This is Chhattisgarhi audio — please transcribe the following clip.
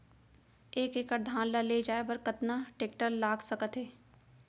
एक एकड़ धान ल ले जाये बर कतना टेकटर लाग सकत हे?